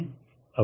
अब vla क्या है